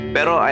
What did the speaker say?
Pero